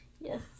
Yes